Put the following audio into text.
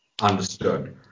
understood